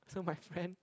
so my friend